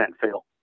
fail